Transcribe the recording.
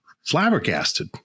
flabbergasted